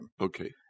Okay